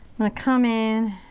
gonna come in.